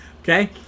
Okay